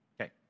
Okay